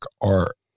art